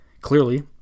Clearly